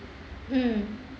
mm